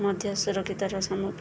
ମଧ୍ୟ ସୁରକ୍ଷିତର ସମ୍